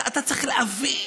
אתה צריך להבין: